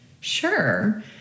Sure